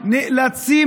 נאלצים